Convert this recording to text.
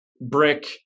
brick